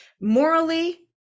morally